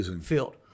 field